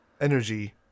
energy